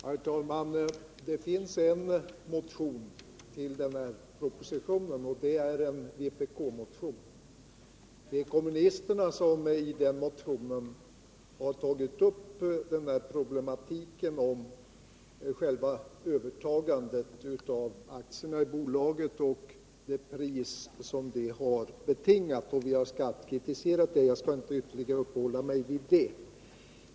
Herr talman! Det finns en motion från vpk till denna proposition. I den motionen har kommunisterna tagit upp problematiken om övertagandet av aktierna i bolaget och det pris detta har betingat, vilket vi skarpt kritiserat. Men jag skall inte ytterligare uppehålla mig vid detta.